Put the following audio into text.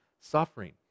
suffering